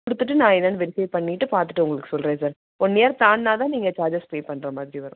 கொடுத்துட்டு நான் என்னென்று வெரிஃபை பண்ணிவிட்டு பார்த்துட்டு உங்களுக்கு சொல்கிறேன் சார் ஒன் இயர் தாண்டுனால் தான் நீங்கள் சார்ஜஸ் பே பண்ணுற மாதிரி வரும்